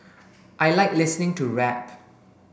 I like listening to rap